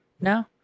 no